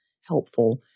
helpful